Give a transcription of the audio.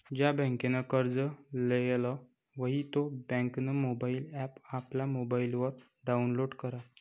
ज्या बँकनं कर्ज लेयेल व्हयी त्या बँकनं मोबाईल ॲप आपला मोबाईलवर डाऊनलोड करा